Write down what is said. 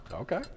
Okay